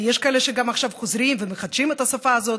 ויש כאלה שגם עכשיו חוזרים ומחדשים את השפה הזאת